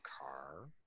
car